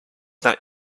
that